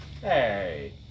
Hey